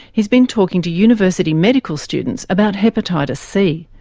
he's been talking to university medical students about hepatitis c,